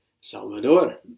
Salvador